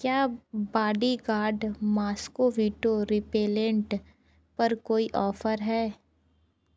क्या bodyguard mosquito repellent पर कोई ऑफर है